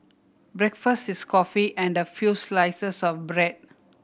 breakfast is coffee and a few slices of bread